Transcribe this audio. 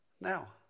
Now